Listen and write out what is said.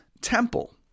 temple